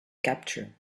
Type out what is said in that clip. capture